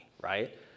right